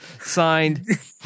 Signed